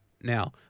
Now